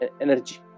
energy